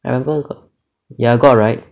I remember ya got right